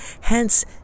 Hence